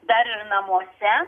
dar ir namuose